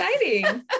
Exciting